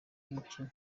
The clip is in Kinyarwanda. mukino